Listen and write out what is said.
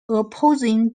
opposing